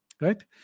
right